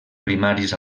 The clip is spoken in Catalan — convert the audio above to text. primaris